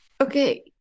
Okay